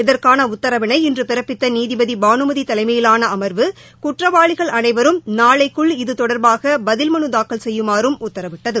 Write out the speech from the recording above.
இதற்கானஉத்தரவினை இன்றபிறப்பித்தநீதிபதிபானுமதிதலைமையிலானஅமா்வு குற்றவாளிகள் அனைவரும் நாளைக்குள் இது தொடர்பாகபதில் மனுதாக்கல் செய்யுமாறும் உத்தரவிட்டது